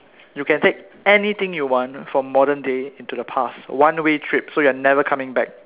you can take anything you want from modern day into the past one way trip so you are never coming back